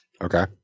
Okay